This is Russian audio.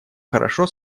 хорошо